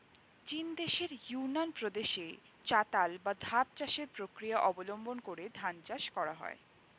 চীনদেশের ইউনান প্রদেশে চাতাল বা ধাপ চাষের প্রক্রিয়া অবলম্বন করে ধান চাষ করা হয়